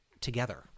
together